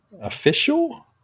official